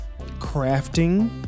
crafting